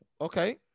Okay